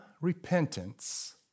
repentance